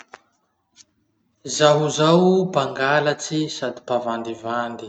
Zaho zao mpangalatsy sady mpavandivandy.